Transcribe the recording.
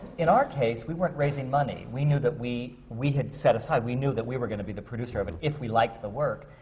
in our case, we weren't raising money. we knew that we we had set aside. we knew that we were going to be the producer of it, if we liked the work,